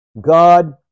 God